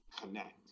connect